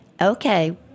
Okay